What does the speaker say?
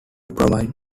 provide